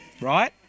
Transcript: right